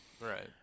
Right